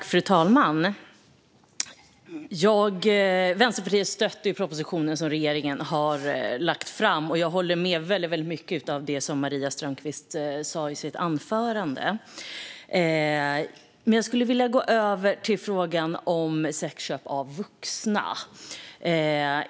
Fru talman! Vänsterpartiet stöder propositionen som regeringen lagt fram, och jag håller med om väldigt mycket av det som Maria Strömkvist sa i sitt anförande. Men jag skulle vilja gå över till frågan om sexköp av vuxna.